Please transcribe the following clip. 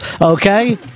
okay